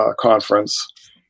conference